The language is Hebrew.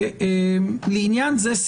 "לעניין זה,